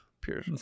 pure